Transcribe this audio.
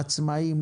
עצמאים,